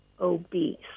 obese